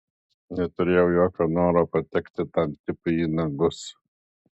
neturėjau jokio noro patekti tam tipui į nagus